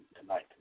Tonight